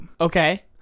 okay